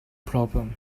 problem